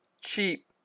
cheap